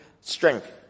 strength